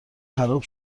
خراب